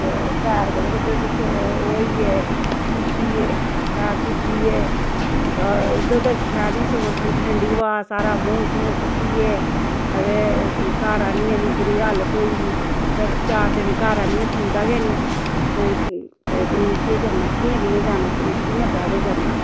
ते पैर बड़े बड्डे बड्डे होई गे सुज्जी गे पैर सुज्जी गै उद्धर ते शैल ही समां ठंडी ठंडी हवा सारा मूंह् शूंह् फट्टी गे ते घर आनियै इन्नी बड़ी बुरी हालत होई ही फिर चार दिन घर आनियै उठोंदा गै नि ते केह् करना कियां कियां जाना कियां ट्रैवल करना